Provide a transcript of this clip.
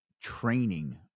training